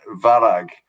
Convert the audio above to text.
Varag